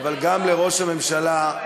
אבל גם לראש הממשלה,